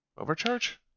overcharge